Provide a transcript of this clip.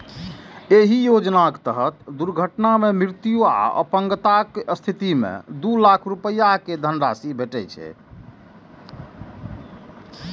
एहि योजनाक तहत दुर्घटना मे मृत्यु आ अपंगताक स्थिति मे दू लाख रुपैया के धनराशि भेटै छै